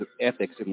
ethics